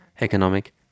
economic